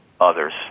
others